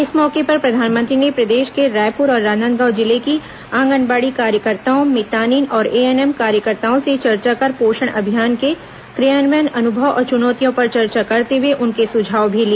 इस मौके पर प्रधानमंत्री ने प्रदेश के रायपुर और राजनादगाव जिले की आंगनबाड़ी कार्यकर्ताओं मितानिन और एएनएम कार्यकर्ताओं से चर्चा कर पोषण अभियान के क्रियान्वयन अनुभव और चुनौतियों पर चर्चा करते हए उनके सुझाव भी लिए